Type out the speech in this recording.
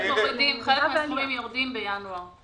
חלק מן הסכומים יורדים בינואר.